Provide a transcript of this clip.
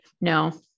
No